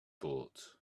bought